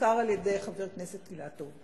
שהוזכר על-ידי חבר הכנסת אילטוב.